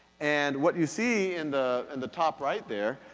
and what you see in the and the top right there,